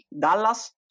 Dallas